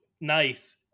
nice